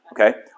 Okay